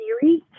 series